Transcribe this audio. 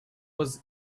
was